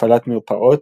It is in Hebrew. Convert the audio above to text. בהפעלת מרפאות,